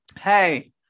Hey